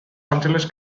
angeles